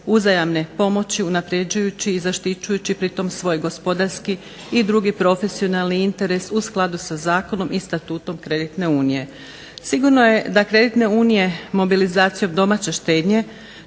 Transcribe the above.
uzajamne pomoći unapređujući i zaštićujući pritom svoj gospodarski i drugi profesionalni interes u skladu sa zakonom i statutom kreditne unije. Sigurno je da kreditne unije mobilizacijom domaće štednje